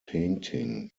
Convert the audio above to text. painting